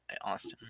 Austin